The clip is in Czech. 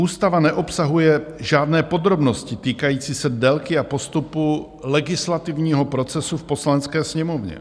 Ústava neobsahuje žádné podrobnosti týkající se délky a postupu legislativního procesu v Poslanecké sněmovně.